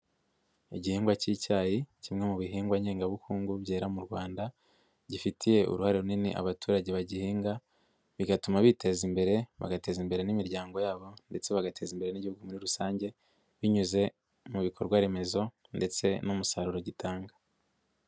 Igihingwa cy'icyayi kimwe mu bihingwa ngengabukungu byera mu Rwanda, gifitiye uruhare runini abaturage bagihinga bigatuma biteza imbere bagateza imbere n'imiryango yabo ndetse bagateza imbere n'Igihugu muri rusange binyuze mu bikorwa remezo ndetse n'umusaruro gitanga.